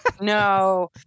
No